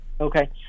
okay